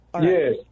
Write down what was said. Yes